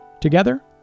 Together